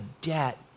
debt